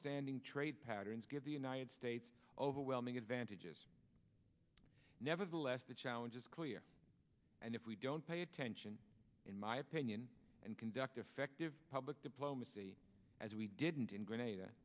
longstanding trade patterns give the united states overwhelming advantages nevertheless the challenge is clear and if we don't pay attention in my opinion and conduct effective public diplomacy as we didn't in grenada